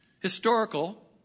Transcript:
historical